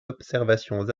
observations